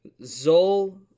Zol